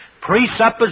presuppositions